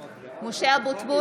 (קוראת בשמות חברי הכנסת) משה אבוטבול,